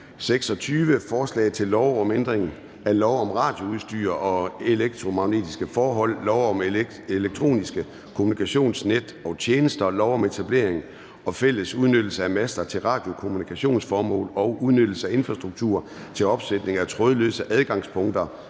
26: Forslag til lov om ændring af lov om radioudstyr og elektromagnetiske forhold, lov om elektroniske kommunikationsnet og -tjenester, lov om etablering og fælles udnyttelse af master til radiokommunikationsformål og udnyttelse af infrastruktur til opsætning af trådløse adgangspunkter